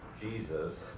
Jesus